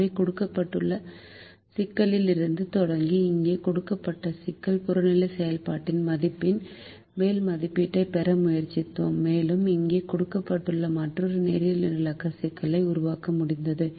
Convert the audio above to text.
எனவே கொடுக்கப்பட்ட சிக்கலில் இருந்து தொடங்கி இங்கே கொடுக்கப்பட்ட சிக்கல் புறநிலை செயல்பாட்டு மதிப்பின் மேல் மதிப்பீட்டைப் பெற முயற்சித்தோம் மேலும் இங்கே கொடுக்கப்பட்டுள்ள மற்றொரு நேரியல் நிரலாக்க சிக்கலை உருவாக்க முடிந்தது